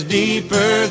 deeper